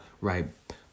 right